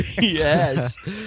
Yes